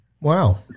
Wow